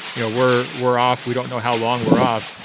you know, we're we're off. we don't know how long we're off.